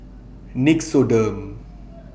Nixoderm